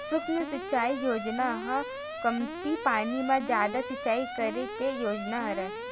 सुक्ष्म सिचई योजना ह कमती पानी म जादा सिचई करे के योजना हरय